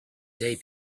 day